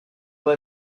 they